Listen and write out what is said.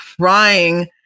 crying